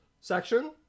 section